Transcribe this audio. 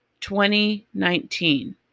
2019